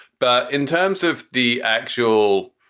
but in terms of the actual.